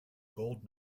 gold